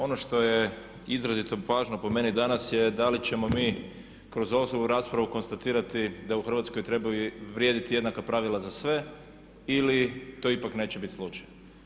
Ono što je izrazito važno po meni danas je da li ćemo mi kroz ovu raspravu konstatirati da u Hrvatskoj trebaju vrijediti jednaka pravila za sve ili to ipak neće biti slučaj.